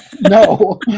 No